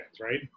right